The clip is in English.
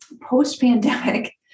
post-pandemic